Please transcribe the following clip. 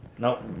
Nope